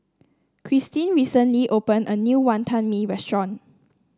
Kristin recently opened a new Wantan Mee restaurant